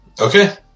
Okay